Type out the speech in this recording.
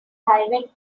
private